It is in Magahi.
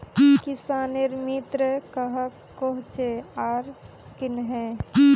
किसानेर मित्र कहाक कोहचे आर कन्हे?